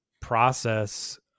process